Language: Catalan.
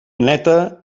neta